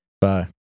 Bye